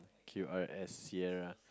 Q R S Sierra